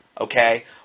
okay